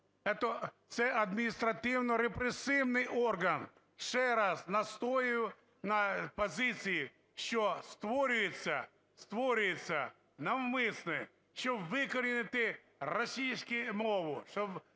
це адміністративно-репресивний орган. Ще раз настоюю на позиції, що створюється… створюється навмисно, щоб викорінити російську мову і